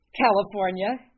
California